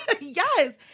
Yes